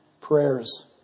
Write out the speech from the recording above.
prayers